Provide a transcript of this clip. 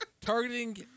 Targeting